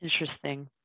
Interesting